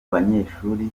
banyeshuri